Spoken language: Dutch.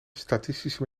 statistische